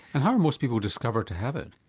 and how are most people discovered to have it?